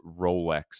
Rolex